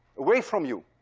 away from you.